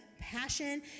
passion